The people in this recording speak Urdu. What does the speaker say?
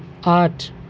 آٹھ